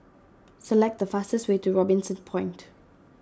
select the fastest way to Robinson Point